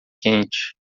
quente